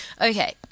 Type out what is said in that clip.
Okay